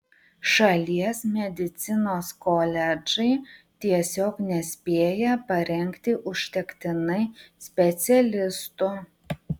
šalies medicinos koledžai tiesiog nespėja parengti užtektinai specialistų